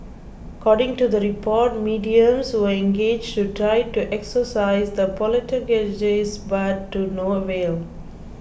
according to the report mediums were engaged to try to exorcise the poltergeists but to no avail